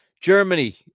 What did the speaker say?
Germany